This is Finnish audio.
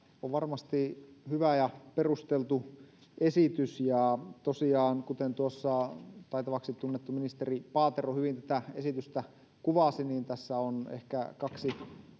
on varmasti hyvä ja perusteltu esitys ja tosiaan kuten taitavaksi tunnettu ministeri paatero hyvin tätä esitystä kuvasi tässä on ehkä kaksi